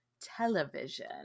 television